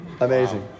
Amazing